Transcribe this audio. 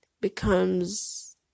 becomes